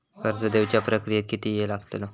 कर्ज देवच्या प्रक्रियेत किती येळ लागतलो?